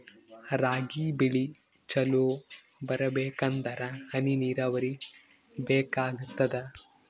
ರಾಗಿ ಬೆಳಿ ಚಲೋ ಬರಬೇಕಂದರ ಹನಿ ನೀರಾವರಿ ಬೇಕಾಗತದ?